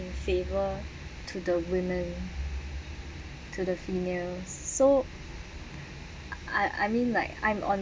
favor to the women to the females so I I mean like I'm on